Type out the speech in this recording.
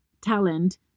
talent